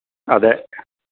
അതെ